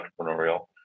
entrepreneurial